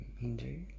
Hindu